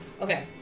Okay